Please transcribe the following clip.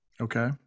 Okay